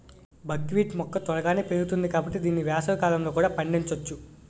బక్ wheat మొక్క త్వరగానే పెరుగుతుంది కాబట్టి దీన్ని వేసవికాలంలో కూడా పండించొచ్చు